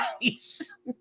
nice